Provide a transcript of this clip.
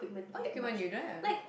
what equipment you don't have